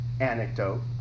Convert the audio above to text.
anecdote